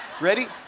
Ready